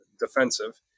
defensive